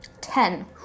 Ten